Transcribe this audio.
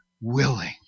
willing